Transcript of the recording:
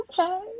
okay